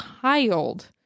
child